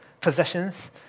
possessions